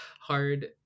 hard